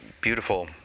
beautiful